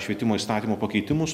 švietimo įstatymo pakeitimus